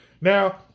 Now